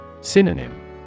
Synonym